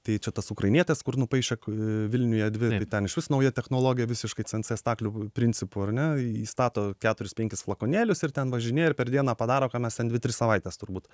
tai čia tas ukrainietes kur nupaišė vilniuje dvi tai ten išvis nauja technologija visiškai cnc staklių principu ar ne įstato keturis penkis flakonėlius ir ten važinėja ir per dieną padaro ką mes ten dvi tris savaites turbūt